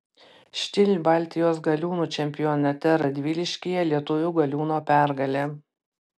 stihl baltijos galiūnų čempionate radviliškyje lietuvių galiūno pergalė